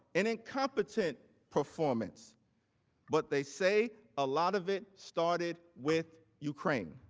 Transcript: and incompetent performance but they say a lot of it started with ukraine.